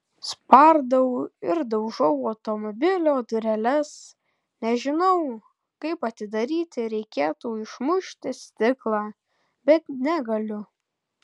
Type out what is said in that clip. spardau ir daužau automobilio dureles nežinau kaip atidaryti reikėtų išmušti stiklą bet negaliu